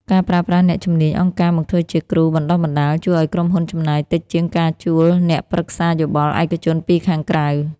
ការប្រើប្រាស់អ្នកជំនាញអង្គការមកធ្វើជាគ្រូបណ្ដុះបណ្ដាល ជួយឱ្យក្រុមហ៊ុនចំណាយតិចជាងការជួលអ្នកប្រឹក្សាយោបល់ឯកជនពីខាងក្រៅ។